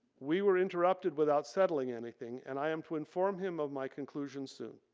we were interrupted without settling anything and i am to inform him of my conclusion soon.